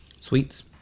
sweets